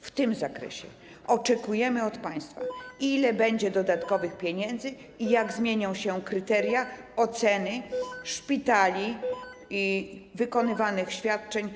W tym zakresie oczekujemy od państwa informacji, ile będzie dodatkowych pieniędzy i jak zmienią się kryteria oceny szpitali i wykonywanych świadczeń.